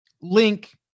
link